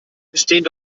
bestehen